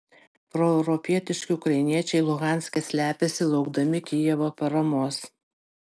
proeuropietiški ukrainiečiai luhanske slepiasi laukdami kijevo paramos